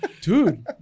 dude